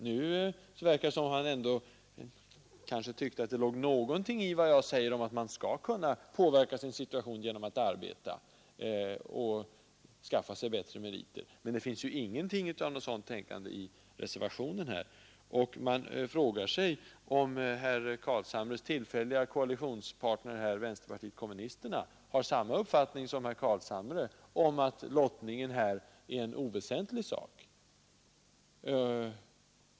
Nu verkar det som om herr Carlshamre kanske tycker att det ändå ligger någonting i vad jag säger, om att man skall kunna påverka sin situation genom att arbeta och skaffa sig bättre meriter, men någon sådan tanke finns inte uttryckt i reservationen. Man frågar sig om herr Carlshamres tillfälliga koalitionspartner, vänsterpartiet kommunisterna, har samma uppfattning som herr Carlshamre om att lottningen är en oväsentlig fråga.